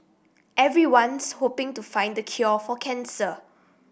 everyone's hoping to find the cure for cancer